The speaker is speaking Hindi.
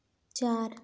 चार